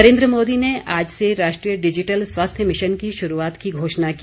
नरेन्द्र मोदी ने आज से राष्ट्रीय डिजिटल स्वास्थ्य मिशन की शुरूआत की घोषणा की